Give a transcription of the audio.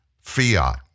Fiat